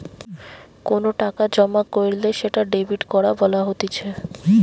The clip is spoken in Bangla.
কোনো টাকা জমা কইরলে সেটা ডেবিট করা বলা হতিছে